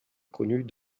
connues